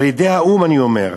על-ידי האו"ם, אני אומר,